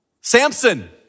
Samson